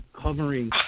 covering